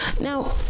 Now